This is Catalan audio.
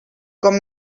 com